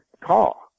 call